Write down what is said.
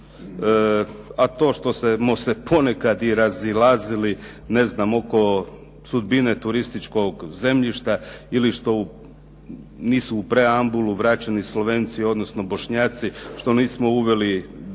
a to što smo se ponekad i razilazili oko sudbine turističkog zemljišta ili što nisu u preambulu vraćeni Slovenci odnosno Bošnjaci, što nismo uveli pravo